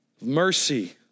mercy